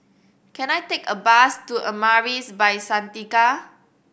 can I take a bus to Amaris By Santika